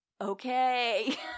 okay